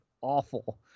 awful